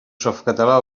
softcatalà